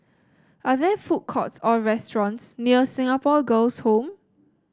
are there food courts or restaurants near Singapore Girls' Home